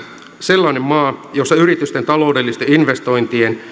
sellainen maa jossa yritysten taloudellisten investointien